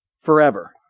forever